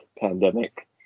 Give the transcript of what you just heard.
pandemic